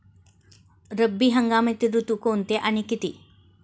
रब्बी हंगामातील ऋतू कोणते आणि किती?